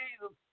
Jesus